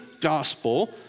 gospel